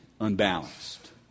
unbalanced